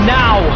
now